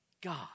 God